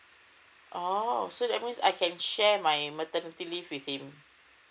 oh so that means I can share my maternity leave with him